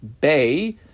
bay